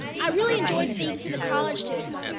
i really enjoyed speaking to the college students,